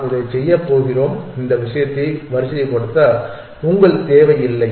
நாம் இதைச் செய்யப் போகிறோம் இந்த விஷயத்தை வரிசைப்படுத்த உங்கள் தேவை இல்லை